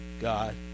God